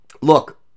look